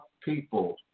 people